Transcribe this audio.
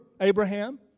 Abraham